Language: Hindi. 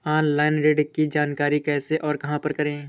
ऑनलाइन ऋण की जानकारी कैसे और कहां पर करें?